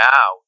Now